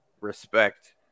Respect